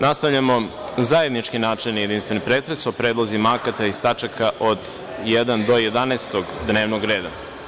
Nastavljamo zajednički načelni i jedinstveni pretres o predlozima akata iz tačaka 1. do 11. dnevnog reda.